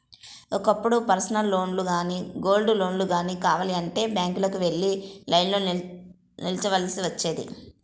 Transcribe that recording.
ఒకప్పుడు పర్సనల్ లోన్లు గానీ, గోల్డ్ లోన్లు గానీ కావాలంటే బ్యాంకులకు వెళ్లి లైన్లో నిల్చోవాల్సి వచ్చేది